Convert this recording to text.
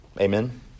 Amen